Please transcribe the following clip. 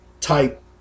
type